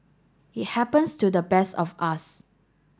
it happens to the best of us